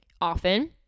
often